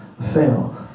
fail